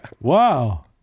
Wow